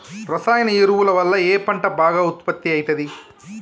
రసాయన ఎరువుల వల్ల ఏ పంట బాగా ఉత్పత్తి అయితది?